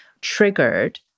triggered